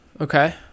Okay